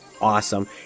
awesome